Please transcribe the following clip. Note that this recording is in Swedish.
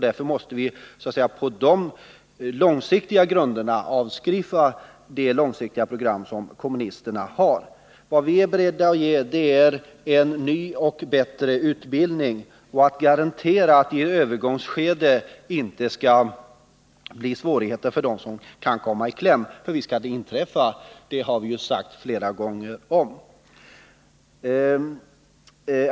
Därför måste vi på de grunderna avskriva det långsiktiga program som kommunisterna redovisar. Vad vi är beredda att ge är en ny och bättre utbildning och en garanti att det i övergångsskedet inte blir några svårigheter för dem som kan komma i kläm — för visst har sådant kunnat inträffa, det har vi sagt flera gånger.